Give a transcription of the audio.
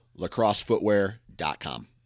lacrossefootwear.com